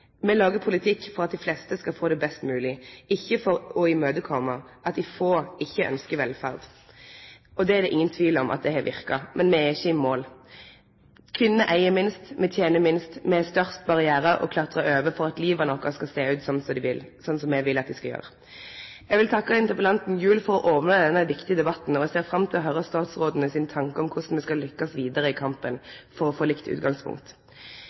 Me lagar politikk for at dei fleste skal få det best mogleg, ikkje for å imøtekome at dei få ikkje ynskjer velferd. Og det er ingen tvil om at det har verka, men me er ikkje i mål. Kvinnene eig minst, me tener minst, og me har størst barrierar å klatre over for at livet skal sjå slik ut som me vil at det skal gjere. Eg vil takke interpellanten Gjul for å opne denne viktige debatten, og eg ser fram til å høyre statsråden sine tankar om korleis me skal lykkast vidare i kampen for å få likt utgangspunkt.